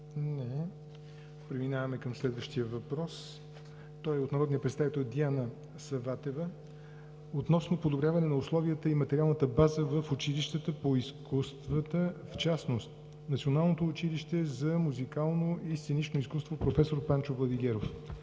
Не. Преминаваме към следващия въпрос от народния представител Диана Саватева относно подобряване на условията и материалната база в училищата по изкуствата, в частност Националното училище за музикално и сценично изкуство „Проф. Панчо Владигеров“.